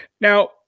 Now